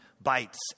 bites